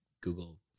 Google